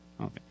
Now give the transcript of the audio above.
Okay